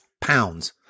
pounds